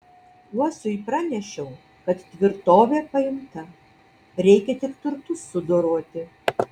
uosiui pranešiau kad tvirtovė paimta reikia tik turtus sudoroti